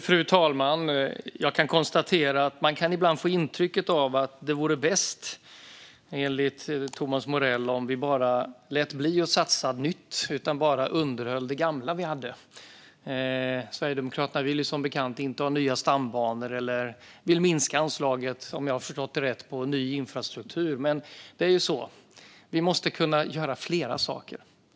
Fru talman! Man kan ibland få intrycket att det enligt Thomas Morell vore bäst om vi låter bli att satsa på nytt och bara underhåller det gamla vi har. Sverigedemokraterna vill som bekant inte ha nya stambanor. Och om jag har förstått det rätt vill de minska anslaget för ny infrastruktur. Men vi måste kunna göra flera saker.